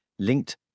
linked